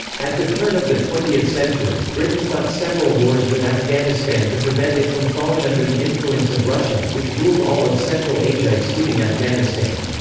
at the turn of the twentieth century, britain fought several wars with afghanistan to prevent it from falling under the influence of russia, which ruled all of central asia excluding afghanistan.